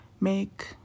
make